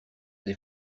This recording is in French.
des